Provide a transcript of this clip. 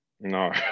No